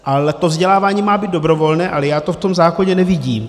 Ale to vzdělávání má být dobrovolné, ale já to v tom zákoně nevidím.